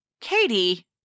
Katie